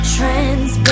Trends